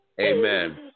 Amen